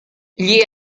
gli